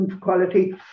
quality